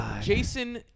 Jason